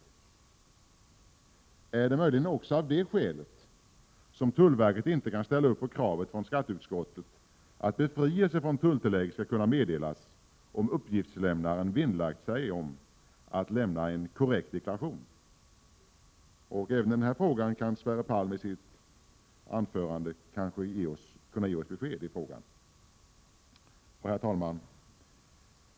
Är det möjligen också av det skälet som tullverket inte kan gå med på kravet från skatteutskottet att befrielse från tulltillägg skall kunna meddelas, om uppgiftslämnaren vinnlagt sig om att lämna en korrekt deklaration? Sverre Palm kanske kan ge oss besked i frågan i sitt anförande. 163 Herr talman!